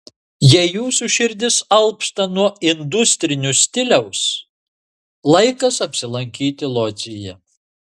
jei jūsų širdis alpsta nuo industrinio stiliaus laikas apsilankyti lodzėje